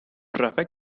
traffic